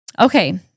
okay